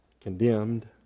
condemned